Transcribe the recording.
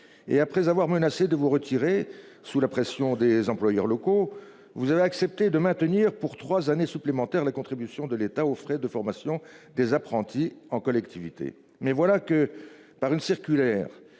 et après avoir menacé de vous retirer sous la pression des employeurs locaux. Vous avez accepté de maintenir pour 3 années supplémentaires. La contribution de l'État aux frais de formation des apprentis en collectivité mais voilà que par une circulaire